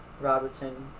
Robertson